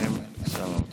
בשם שר האוצר.